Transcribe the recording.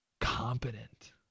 competent